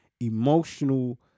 emotional